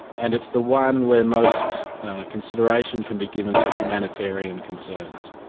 and it's the one where most consideration can be given to humanitarian concerns.